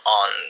on